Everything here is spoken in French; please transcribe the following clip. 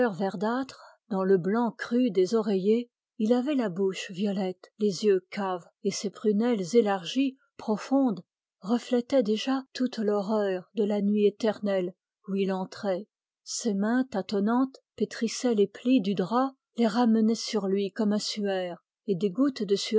verdâtre dans le blanc cru des oreillers il avait la bouche violette les yeux caves et se prunelles élargies profondes reflétaient déjà toute l'horreur de la nuit éternelle où il entrait ses mains tâtonnantes pétrissaient les plus du drap les ramenaient sur lui comme un suaire et des gouttes